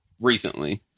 recently